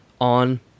on